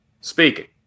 speaking